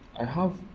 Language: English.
i have